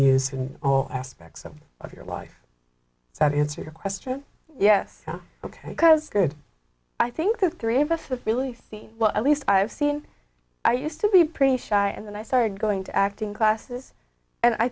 in all aspects of your life so he answer your question yes ok because good i think the three of us have really seen well at least i've seen i used to be pretty shy and then i started going to acting classes and i